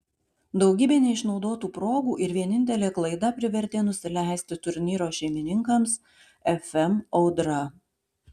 daugybė neišnaudotų progų ir vienintelė klaida privertė nusileisti turnyro šeimininkams fm audra